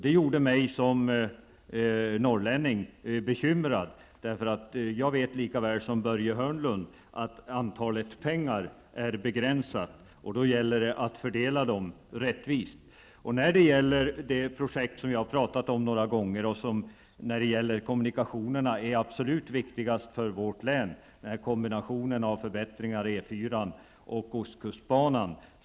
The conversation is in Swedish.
Det gjorde mig som norrlänning bekymrad, eftersom jag vet lika väl som Börje Hörnlund att mängden pengar är begränsad och att det då gäller att fördela dem rättvist. Jag har nu några gånger talat om det projekt som i fråga om kommunikationerna är det absolut viktigaste för vårt län, nämligen kombinationen av förbättringar i E 4 och ostkustbanan.